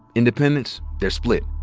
independents, they're split.